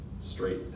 straight